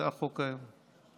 זה החוק היום.